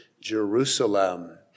Jerusalem